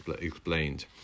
explained